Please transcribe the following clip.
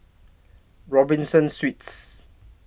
Robinson Suites